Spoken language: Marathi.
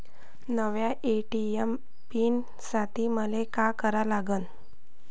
नव्या ए.टी.एम पीन साठी मले का करा लागन?